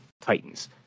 titans